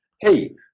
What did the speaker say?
hey